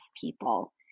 people